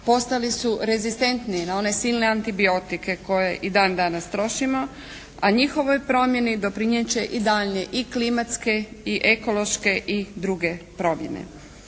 postali su rezistentni na one silne antibiotike koje i dan danas trošimo, a njihovoj promjeni doprinijet će i daljnje i klimatske i ekološke i druge promjene.